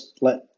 let